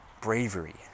bravery